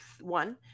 one